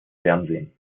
fernsehen